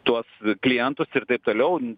tuos klientus ir taip toliau